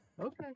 Okay